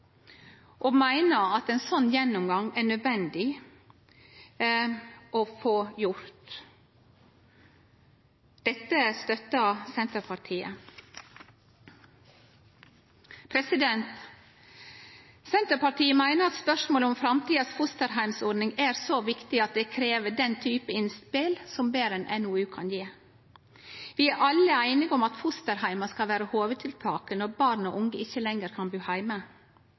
og meiner at ein sånn gjennomgang er nødvendig å få gjort. Dette støttar Senterpartiet. Senterpartiet meiner at spørsmålet om framtidas fosterheimsordning er så viktig at det krev den typen innspel som berre ein NOU kan gje. Vi er alle einige om at fosterheimar skal vere hovudtiltaket når barn og unge ikkje lenger kan bu heime,